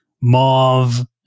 mauve